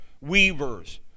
weavers